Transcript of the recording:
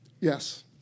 Yes